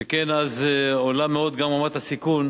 שכן אז עולה מאוד גם רמת הסיכון